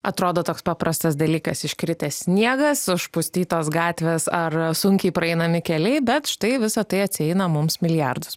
atrodo toks paprastas dalykas iškritęs sniegas užpustytos gatvės ar sunkiai praeinami keliai bet štai visa tai atsieina mums milijardus